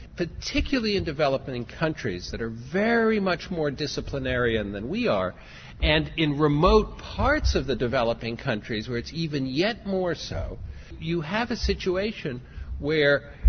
particularly in developing countries that are very much more disciplinarian than we are and in remote parts of the developing countries where it's even yet more so you have a situation where